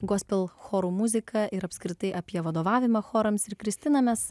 gospel chorų muziką ir apskritai apie vadovavimą chorams ir kristina mes